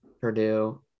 Purdue